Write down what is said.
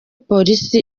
polisi